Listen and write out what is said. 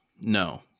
No